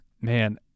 Man